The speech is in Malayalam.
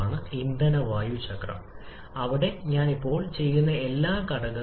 അതനുസരിച്ച് ഇത് സിസ്റ്റം പ്രകടനത്തെ സാരമായി ബാധിക്കും